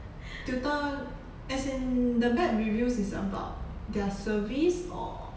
tutor as in the bad reviews is about their service or